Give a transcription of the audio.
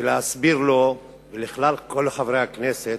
ולהסביר לו ולכלל חברי הכנסת,